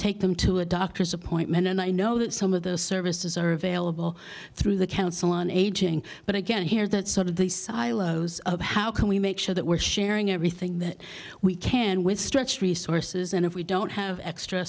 take them to a doctor's appointment and i know that some of the services are available through the council on aging but again here that sort of the silos of how can we make sure that we're sharing everything that we can with stretched resources and if we don't have extra